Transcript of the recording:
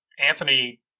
Anthony